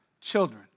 children